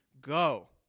go